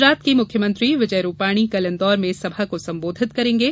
गुजरात के मुख्यमंत्री विजय रूपाणी कल इंदौर में सभा को संबोधित करेंगे